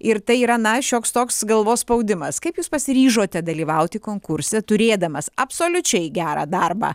ir tai yra na šioks toks galvos spaudimas kaip jūs pasiryžote dalyvauti konkurse turėdamas absoliučiai gerą darbą